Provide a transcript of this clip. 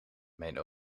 mijn